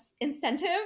incentive